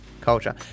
culture